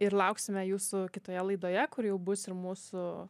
ir lauksime jūsų kitoje laidoje kur jau bus ir mūsų